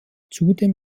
zudem